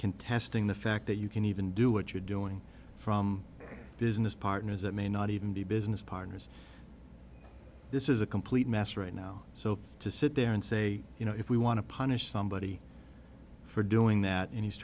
contesting the fact that you can even do what you're doing from business partners that may not even be business partners this is a complete mess right now so to sit there and say you know if we want to punish somebody for doing that and he's